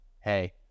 hey